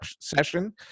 session